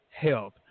health